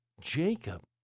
Jacob